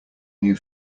new